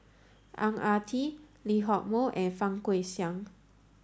Ang Ah Tee Lee Hock Moh and Fang Guixiang